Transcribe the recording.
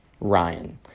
Ryan